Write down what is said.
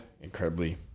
incredibly